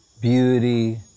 Beauty